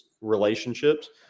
relationships –